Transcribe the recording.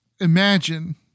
imagine